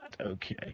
Okay